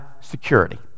security